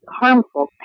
harmful